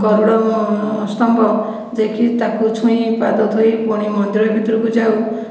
ଗରୁଡ଼ ସ୍ତମ୍ଭ ଯିଏକି ତାକୁ ଛୁଇଁ ପାଦ ଧୋଇ ପୁଣି ମନ୍ଦିର ଭିତରକୁ ଯାଉ